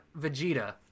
Vegeta